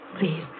please